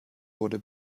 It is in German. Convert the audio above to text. wurde